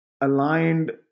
aligned